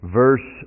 verse